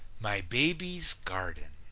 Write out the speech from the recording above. my baby's garden